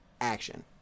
action